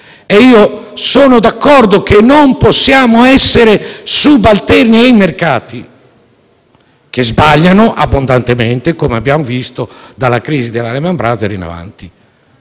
Sono d'accordo che non possiamo essere subalterni ai mercati che sbagliano abbondantemente, come abbiamo visto dalla crisi della Lehman Brothers in avanti.